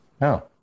No